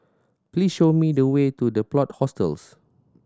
please show me the way to The Plot Hostels